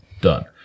Done